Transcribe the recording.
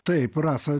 taip rasa